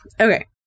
Okay